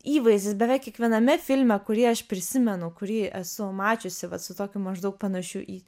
įvaizdis beveik kiekviename filme kurį aš prisimenu kurį esu mačiusi vat su tokiu maždaug panašių į